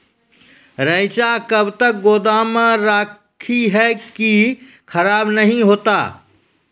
रईचा कब तक गोदाम मे रखी है की खराब नहीं होता?